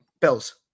Bills